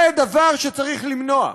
זה דבר שצריך למנוע.